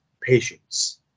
patience